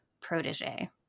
protege